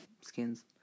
skins